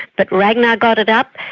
but ragnar got it up.